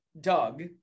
Doug